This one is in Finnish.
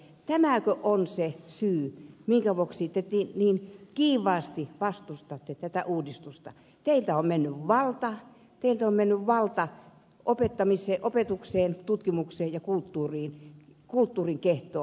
tämäkö on se syy minkä vuoksi te niin kiivaasti vastustatte tätä uudistusta että teiltä on mennyt valta teiltä on mennyt valta opetukseen tutkimukseen ja kulttuuriin kulttuurin kehtoon